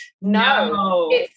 No